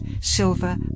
silver